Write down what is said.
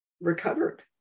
recovered